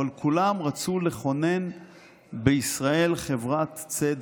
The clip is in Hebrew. אבל כולם רצו לכונן בישראל חברת צדק.